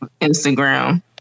Instagram